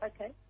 Okay